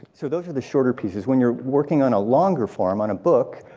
so those are the shorter pieces. when you're working on a longer form, on a book,